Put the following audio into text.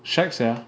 shag sia